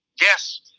Yes